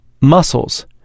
muscles